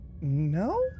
No